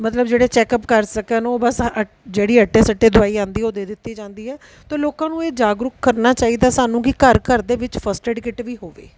ਮਤਲਬ ਜਿਹੜੇ ਚੈਕਅਪ ਕਰ ਸਕਣ ਉਹ ਬਸ ਅਟ ਜਿਹੜੀ ਅੱਟੇ ਸੱਟੇ ਦਵਾਈ ਆਉਂਦੀ ਉਹ ਦੇ ਦਿੱਤੀ ਜਾਂਦੀ ਹੈ ਤਾਂ ਲੋਕਾਂ ਨੂੰ ਇਹ ਜਾਗਰੂਕ ਕਰਨਾ ਚਾਹੀਦਾ ਸਾਨੂੰ ਕਿ ਘਰ ਘਰ ਦੇ ਵਿੱਚ ਫਸਟ ਏਡ ਕਿੱਟ ਵੀ ਹੋਵੇ